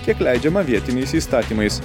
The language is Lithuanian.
kiek leidžiama vietiniais įstatymais